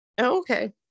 Okay